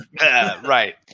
right